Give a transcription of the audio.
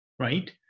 right